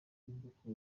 y’ubwoko